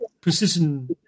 precision